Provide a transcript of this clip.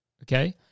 okay